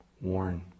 warn